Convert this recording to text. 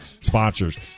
sponsors